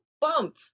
bump